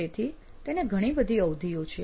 તેથી તેને ઘણી બધી સમય અવધિઓ છે